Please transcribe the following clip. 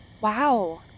Wow